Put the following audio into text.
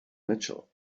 mitchell